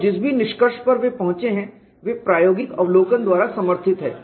और जिस भी निष्कर्ष पर वे पहुंचे हैं वे प्रायोगिक अवलोकन द्वारा समर्थित हैं